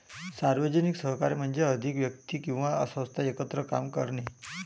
सार्वजनिक सहकार्य म्हणजे अधिक व्यक्ती किंवा संस्था एकत्र काम करणे